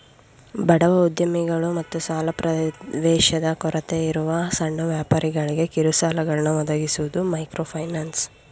ಬಡವ ಉದ್ಯಮಿಗಳು ಮತ್ತು ಸಾಲ ಪ್ರವೇಶದ ಕೊರತೆಯಿರುವ ಸಣ್ಣ ವ್ಯಾಪಾರಿಗಳ್ಗೆ ಕಿರುಸಾಲಗಳನ್ನ ಒದಗಿಸುವುದು ಮೈಕ್ರೋಫೈನಾನ್ಸ್